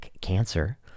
Cancer